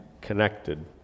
connected